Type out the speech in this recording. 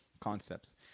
concepts